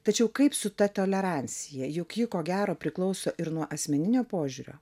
tačiau kaip su ta tolerancija juk ji ko gero priklauso ir nuo asmeninio požiūrio